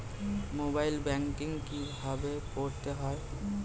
Mobile banking কীভাবে করতে হয়?